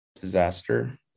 disaster